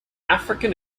african